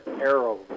arrow